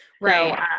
right